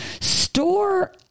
store